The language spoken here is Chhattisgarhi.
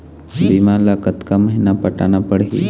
बीमा ला कतका महीना पटाना पड़ही?